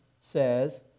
says